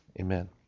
Amen